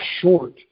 short